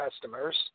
customers